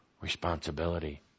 responsibility